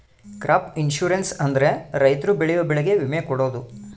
crop insurance ಅಂದ್ರೆ ರೈತರು ಬೆಳೆಯೋ ಬೆಳೆಗೆ ವಿಮೆ ಕೊಡೋದು